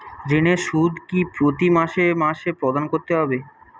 ঋণের সুদ কি প্রতি মাসে মাসে প্রদান করতে হবে?